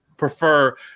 prefer